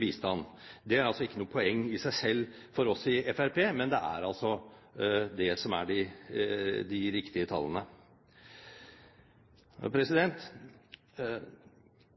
bistand. Det er ikke noe poeng i seg selv for oss i Fremskrittspartiet, men det er altså det som er de riktige tallene. Korrupsjonstiltak er viktig i bistanden og